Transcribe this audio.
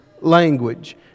language